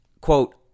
quote